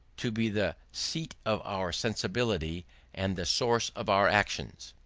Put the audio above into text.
to be the seat of our sensibility and the source of our actions.